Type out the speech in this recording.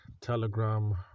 Telegram